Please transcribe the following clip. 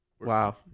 Wow